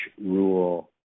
rule